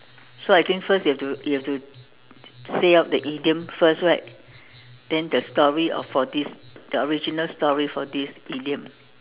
so I think first you have to you have to say out the idiom first right then the story of for this the original story for this idiom